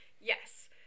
yes